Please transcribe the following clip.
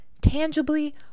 tangibly